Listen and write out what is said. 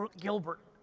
Gilbert